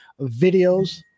videos